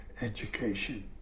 education